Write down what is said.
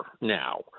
now